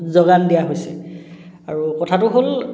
যোগান দিয়া হৈছে আৰু কথাটো হ'ল